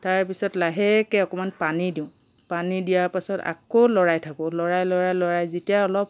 তাৰপিছত লাহেকৈ অকণমান পানী দিওঁ পানী দিয়া পাছত আকৌ লৰাই থাকো লৰাই লৰাই লৰাই যেতিয়া অলপ